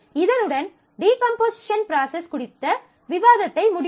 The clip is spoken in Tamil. இதனுடன் டீகம்போசிஷன் ப்ராசஸ் குறித்த விவாதத்தை முடிப்போம்